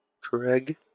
Craig